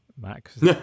Max